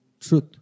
truth